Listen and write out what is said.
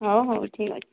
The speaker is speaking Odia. ହେଉ ହେଉ ଠିକ ଅଛି